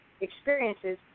experiences